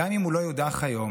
גם אם הוא לא יודח היום,